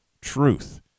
truth